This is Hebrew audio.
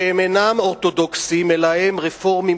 שהם אינם אורתודוקסים אלא הם רפורמים,